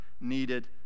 needed